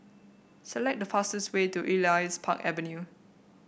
select the fastest way to Elias Park Avenue